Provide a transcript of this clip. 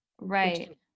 Right